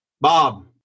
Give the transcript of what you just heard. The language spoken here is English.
Bob